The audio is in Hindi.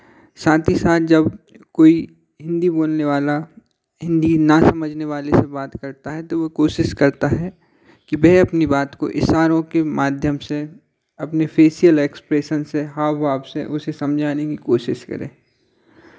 साथ ही साथ जब कोई हिन्दी बोलने वाला हिन्दी ना समझने वाले से बात करता है तो वो कोशिश करता है कि वह अपनी बात को इशारों के माध्यम से अपने फेशियल एक्स्प्रेशन से हाव भाव से अवश्य समझाने की कोशिश करे